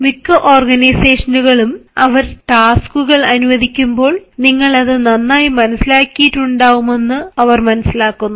മിക്ക ഓർഗനൈസേഷനുകളും അവർ ടാസ്ക്കുകൾ അനുവദിക്കുമ്പോൾ നിങ്ങൾ അത് നന്നായി മനസിലാക്കിയിട്ടുണ്ടാവുമെന്ന് അവർ മനസ്സിലാക്കുന്നു